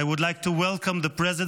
I would like to welcome the President